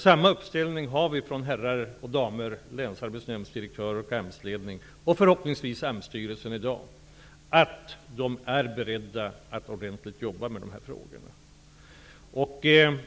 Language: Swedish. Samma uppställning har vi från herrar och damer länsarbetsdirektörer, AMS ledning och förhoppningsvis AMS styrelse i dag, att de är beredda att ordentligt jobba med de här frågorna.